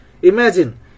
imagine